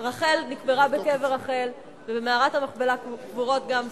רחל נקברה בקבר רחל, ובמערת המכפלה קבורות גם שרה,